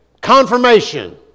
Confirmation